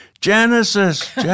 Genesis